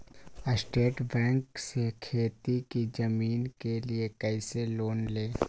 State bank से खेती की जमीन के लिए कैसे लोन ले?